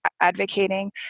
advocating